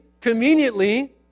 conveniently